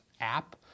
app